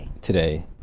today